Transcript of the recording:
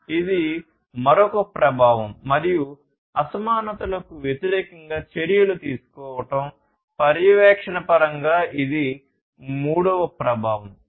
కాబట్టి ఇది మరొక ప్రభావం మరియు అసమానతలకు వ్యతిరేకంగా చర్యలు తీసుకోవడం పర్యవేక్షణ పరంగా ఇది మూడవ ప్రభావం